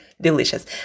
delicious